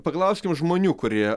paklauskim žmonių kurie